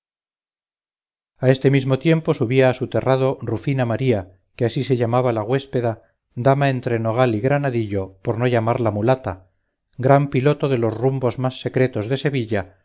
a este mismo tiempo subía a su terrado rufina maría que así se llamaba la güéspeda dama entre nogal y granadillo por no llamarla mulata gran piloto de los rumbos más secretos de sevilla